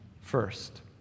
first